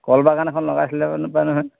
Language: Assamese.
কলবাগান এখন লগাইছিলেনোবা নহয়